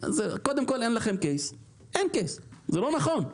קודם כול אין לכם קייס, זה לא נכון.